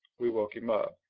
we woke him up.